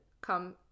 come